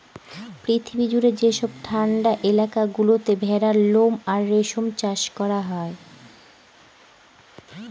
পৃথিবী জুড়ে যেসব ঠান্ডা এলাকা গুলোতে ভেড়ার লোম আর রেশম চাষ করা হয়